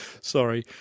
Sorry